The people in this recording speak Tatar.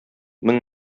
мең